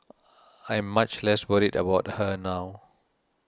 I'm much less worried about her now